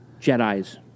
Jedi's